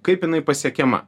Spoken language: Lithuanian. kaip jinai pasiekiama